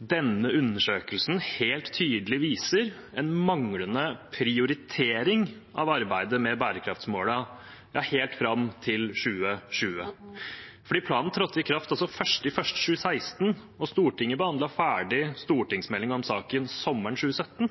denne undersøkelsen helt tydelig viser en manglende prioritering av arbeidet med bærekraftsmålene helt fram til 2020. Planen trådte altså i kraft 1. januar 2016, og Stortinget behandlet ferdig stortingsmeldingen om saken sommeren 2017,